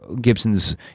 Gibson's